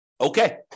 Okay